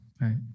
right